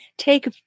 Take